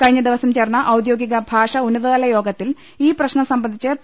കഴിഞ്ഞ ദിവസം ചേർന്ന് ഔദ്യോഗിക ഭാഷാ ഉന്നതതലയോഗത്തിൽ ഈ പ്രശ്നം സംബന്ധിച്ച് പി